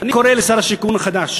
אני קורא לשר השיכון החדש